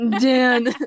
Dan